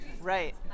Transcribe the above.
Right